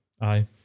Aye